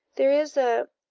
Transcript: there is a